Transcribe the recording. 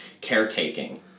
caretaking